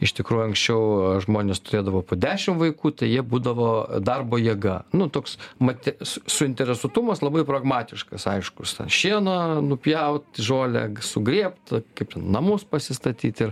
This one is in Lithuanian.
iš tikrųjų anksčiau žmonės turėdavo po dešim vaikų tai jie būdavo darbo jėga nu toks mate su suinteresuotumas labai pragmatiškas aiškus šieną nupjaut žolę sugrėbt kaip ten namus pasistatyt ir